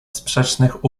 sprzecznych